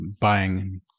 buying